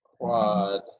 quad